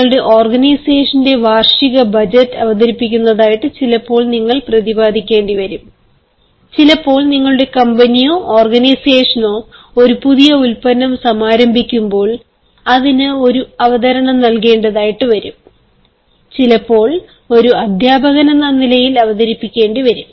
നിങ്ങളുടെ ഓർഗനൈസേഷന്റെ വാർഷിക ബജറ്റ് അവതരിപ്പിക്കുന്നതിനായിട്ട് ചിലപ്പോൾ നിങ്ങൾ പ്രതിപാദിക്കേണ്ടി വരും ചിലപ്പോൾ നിങ്ങളുടെ കമ്പനിയോ ഓർഗനൈസേഷനോ ഒരു പുതിയ ഉൽപ്പന്നം സമാരംഭിക്കുമ്പോൾ അതിനു ഒരു അവതരണം നൽകേണ്ടതായിട്ടു വരും ചിലപ്പോൾ ഒരു അധ്യാപകനെന്ന നിലയിൽ അവതരിപ്പിക്കേണ്ടി വരും